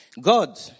God